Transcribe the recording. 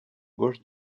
gauche